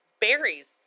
berries